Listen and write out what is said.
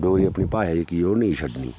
डोगरी अपनी भाशा जेहकी ऐ ओह् नेईं छड्ढनी